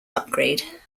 upgrade